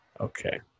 Okay